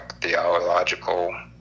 theological